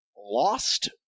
Lost